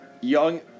young